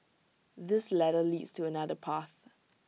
this ladder leads to another path